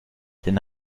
den